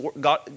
God